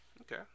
Okay